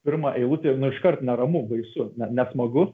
pirmą eilutę ir nu iškart neramu baisu ne nesmagu